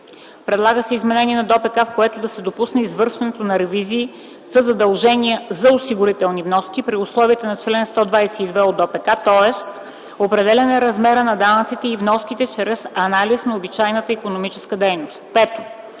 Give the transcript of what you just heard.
Предлага се изменение в ДОПК, което да допусне извършването на ревизии за задължения за осигурителни вноски при условията на чл. 122 от ДОПК, т.е. определяне размера на данъците и вноските чрез анализ на обичайната икономическа дейност. 5.